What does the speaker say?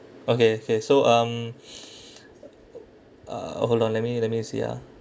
okay okay so um uh hold on let me let me see ah